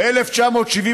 ב-1972